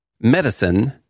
Medicine